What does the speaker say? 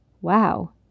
wow